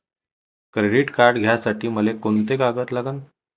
Credit card घ्यासाठी मले कोंते कागद लागन?